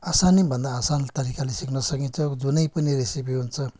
आसानैभन्दा आसान तरिकाले सिक्न सकिन्छ जुनै पनि रेसिपी हुन्छ